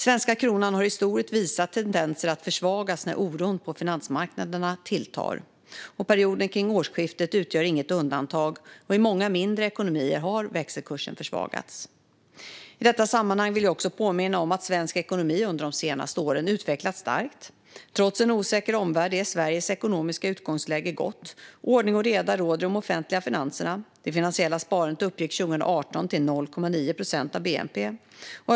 Svenska kronan har historiskt visat tendenser att försvagas när oron på finansmarknaderna tilltar. Perioden kring årsskiftet utgör inget undantag, och i många mindre ekonomier har växelkursen försvagats. I detta sammanhang vill jag också påminna om att svensk ekonomi under de senaste åren har utvecklats starkt. Trots en osäker omvärld är Sveriges ekonomiska utgångsläge gott. Ordning och reda råder i de offentliga finanserna. Det finansiella sparandet uppgick 2018 till 0,9 procent av bnp.